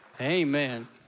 amen